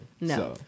no